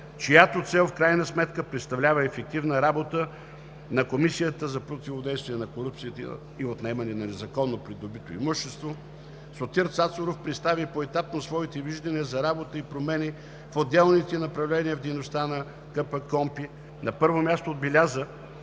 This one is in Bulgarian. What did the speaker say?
чиято цел в крайна сметка представлява ефективна работа на Комисията за противодействие на корупцията и за отнемане на незаконно придобитото имущество. Сотир Цацаров представи поетапно своите виждания за работа и промени в отделните направления от дейността на КПКОНПИ. На първо място отбеляза,